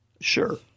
Sure